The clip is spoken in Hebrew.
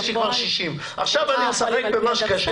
יש לי כבר 60. עכשיו אני משחק במה שקשה.